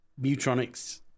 Mutronics